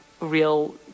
real